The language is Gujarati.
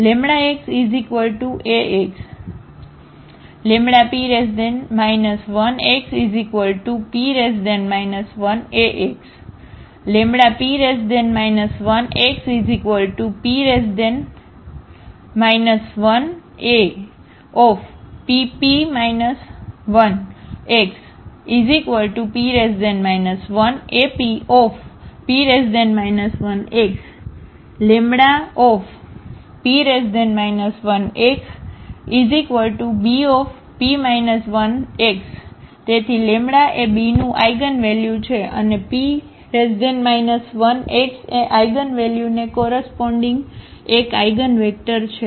λxAx ⇒λP 1xP 1Ax ⇒λP 1xP 1APP 1xP 1APP 1x ⇒λBP 1x તેથી એ b નું આઇગનવેલ્યુ છે અને P 1x એ આઇગનવેલ્યુ ને કોરસપોન્ડીગ એક આઇગનવેક્ટર છે